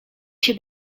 się